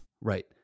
Right